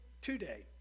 Today